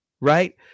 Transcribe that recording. right